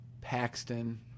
Paxton